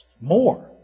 More